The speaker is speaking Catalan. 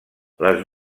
les